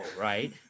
right